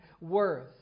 worth